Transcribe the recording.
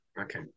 okay